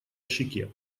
щеке